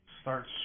starts